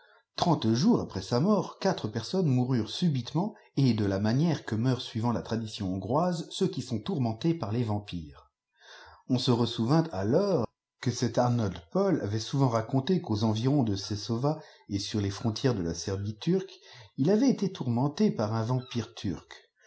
trente jour afhrès sa mert quatre personnes moururent subiteimat el de la biantère que meurent suivant la tradition hotsgrôlse ceux qui soiit tourmentés parles vampires on se ressouvinrators que cet arnold pau ayatl souvent raconté qu'aux environs de çtosova t sur iw frontières de la servie tairque îh avait été tourmenté par un vampire turc